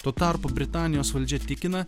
tuo tarpu britanijos valdžia tikina